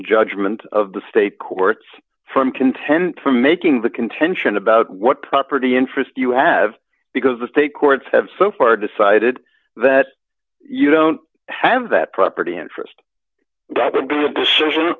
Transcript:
judgment of the state courts from content from making the contention about what property interest you have because the state courts have so far decided that you don't have that property interest that would be a decision